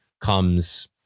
comes